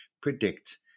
predict